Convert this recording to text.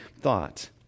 thought